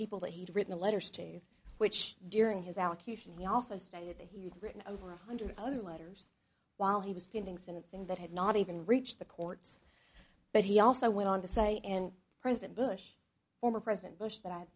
people that he'd written letters to which during his allocation he also stated that he had written over a hundred other letters while he was pending sentencing that had not even reached the courts but he also went on to say and president bush former president bush that